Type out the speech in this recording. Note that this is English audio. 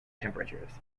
temperatures